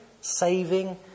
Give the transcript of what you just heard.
saving